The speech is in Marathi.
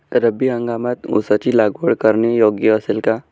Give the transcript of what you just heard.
रब्बी हंगामात ऊसाची लागवड करणे योग्य असेल का?